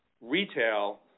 retail